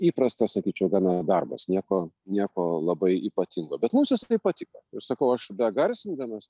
įprastas sakyčiau gana darbas nieko nieko labai ypatingo bet mums visa tai patiko ir sakau aš begarsindamas